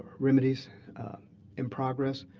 remedies in progress.